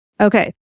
Okay